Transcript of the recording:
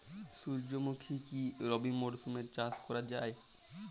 সুর্যমুখী কি রবি মরশুমে চাষ করা যায়?